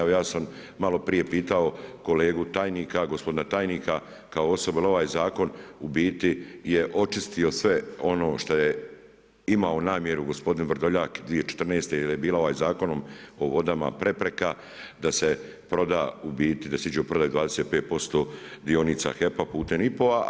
Evo ja sam malo prije pitao kolegu tajnika, gospodina tajnika kao osobu jer ovaj zakon je u biti očistio sve ono što je imao namjeru gospodin Vrdoljak 2014. jer je bila ovaj Zakonom o vodama prepreka da se proda u biti, da se iđe u prodaju 25% dionica HEP-a putem IPO-a.